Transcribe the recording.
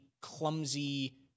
clumsy